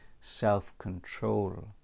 self-control